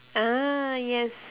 ah yes